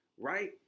right